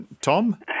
Tom